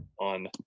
on